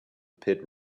pit